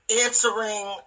answering